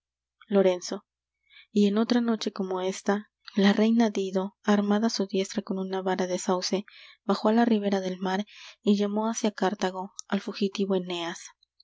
lorenzo y en otra noche como esta la reina dido armada su diestra con una vara de sauce bajó á la ribera del mar y llamó hácia cartago al fugitivo eneas